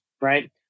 right